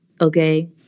okay